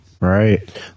Right